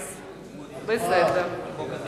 תודה.